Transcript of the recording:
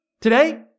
today